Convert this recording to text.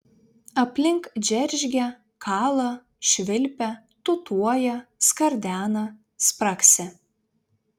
aplink džeržgia kala švilpia tūtuoja skardena spragsi